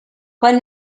quan